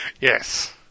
Yes